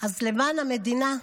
אז למען המדינה,